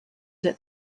that